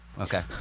Okay